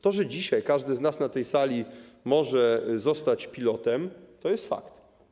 To, że dzisiaj każdy z nas na tej sali może zostać pilotem, to jest fakt.